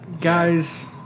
guys